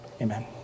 Amen